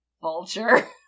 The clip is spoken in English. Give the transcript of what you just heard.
Vulture